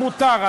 מותר.